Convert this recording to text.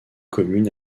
commune